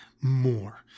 more